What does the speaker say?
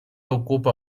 ocupa